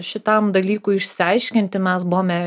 šitam dalykui išsiaiškinti mes buvome